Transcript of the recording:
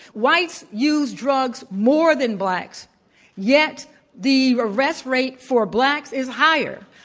whites use drugs more than blacks yet the arrest rate for blacks is higher.